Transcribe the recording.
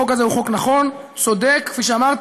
החוק הזה הוא חוק נכון, צודק, כפי שאמרתי.